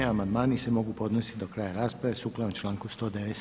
Amandmani se mogu podnositi do kraja rasprave sukladno članku 197.